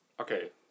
Okay